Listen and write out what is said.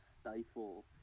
stifle